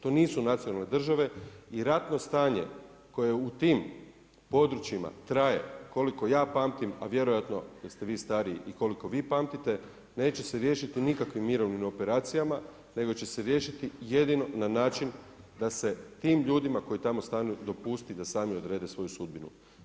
To nisu nacionalne države i ratno stanje koje u tim područjima traje, koliko ja pamtim, a vjerojatno jel ste vi stariji i koliko vi pamtite neće se riješiti nikakvim mirovnim operacijama nego će se riješiti jedino na način da se tim ljudima koji tamo stanuju dopusti da se sami odrede svoju sudbinu.